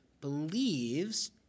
believes